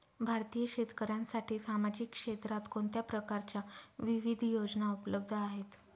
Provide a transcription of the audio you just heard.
भारतीय शेतकऱ्यांसाठी सामाजिक क्षेत्रात कोणत्या प्रकारच्या विविध योजना उपलब्ध आहेत?